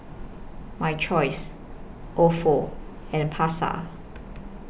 My Choice Ofo and Pasar